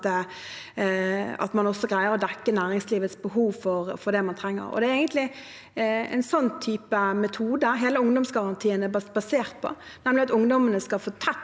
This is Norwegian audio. man også greier å dekke næringslivets behov for det man trenger. Det er egentlig en sånn type metode hele ungdomsgarantien er basert på, nemlig at ungdommene skal få tett